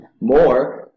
more